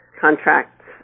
contracts